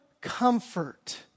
comfort